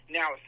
now